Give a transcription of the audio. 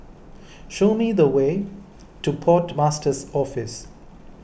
show me the way to Port Master's Office